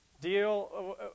deal